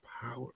power